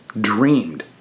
dreamed